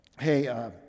hey